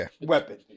weapon